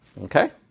Okay